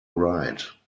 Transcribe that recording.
ride